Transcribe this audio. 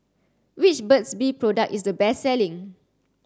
which Burt's bee product is the best selling